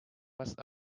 must